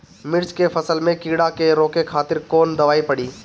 मिर्च के फसल में कीड़ा के रोके खातिर कौन दवाई पड़ी?